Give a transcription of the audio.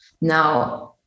Now